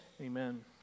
Amen